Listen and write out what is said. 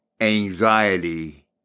anxiety